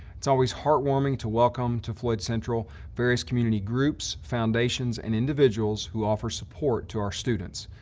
it's always heartwarming to welcome to floyd central various community groups, foundations and individuals who offer support to our students.